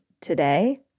today